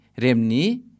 Remni